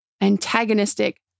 antagonistic